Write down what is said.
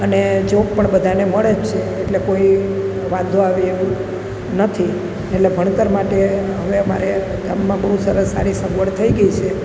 અને જોબ પણ બધાને મળે જ છે એટલે કોઈ વાંધો આવે એવું નથી એટલે ભણતર માટે હવે અમારે ગામમાં બહુ સરસ સારી સગવડ થઈ ગઈ છે